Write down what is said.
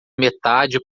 metade